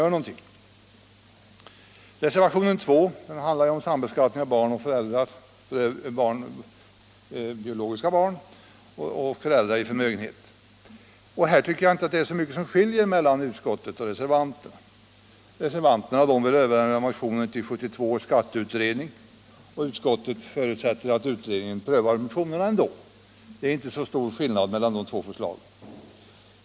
Reservationen 2 handlar om sambeskattning av biologiska barn och föräldrar med förmögenhet. Här tycker jag inte att det är så mycket som skiljer utskottets uppfattning från reservanternas. Reservanterna vill överlämna motionen till 1972 års skatteutredning, medan utskottet förutsätter att utredningen ändå prövar motionerna.